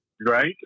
Right